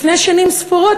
לפני שנים ספורות,